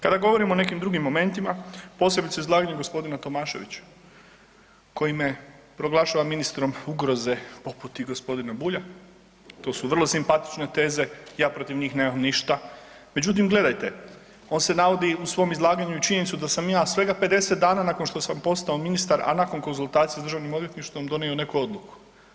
Kada govorim o nekim drugim momentima, posebice izlaganju gospodina Tomaševića, koji me proglašava ministrom ugroze poput i gospodina Bulja, to su vrlo simpatične teze ja protiv njih nemam ništa, međutim gledajte on se navodi u svom izlaganju i činjenicu da sam ja svega 50 dana nakon što sam postao ministar, a nakon konzultacija s Državnim odvjetništvom donio neku odluku.